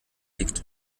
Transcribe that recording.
liegt